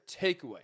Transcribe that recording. takeaway